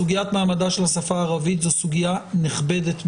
סוגיית מעמדה של השפה הערבית זו סוגיה נכבדת מאוד.